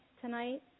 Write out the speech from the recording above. tonight